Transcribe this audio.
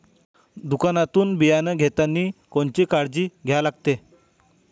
दुकानातून बियानं घेतानी कोनची काळजी घ्या लागते?